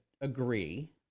agree